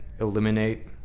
eliminate